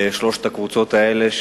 לשלוש הקבוצות האלה,